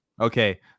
Okay